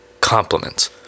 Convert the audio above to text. compliments